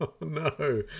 No